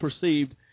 perceived